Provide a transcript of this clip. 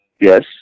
Yes